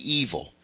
evil